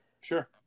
sure